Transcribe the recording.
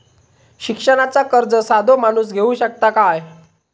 शिक्षणाचा कर्ज साधो माणूस घेऊ शकता काय?